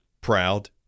proud